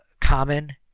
common